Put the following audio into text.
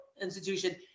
institution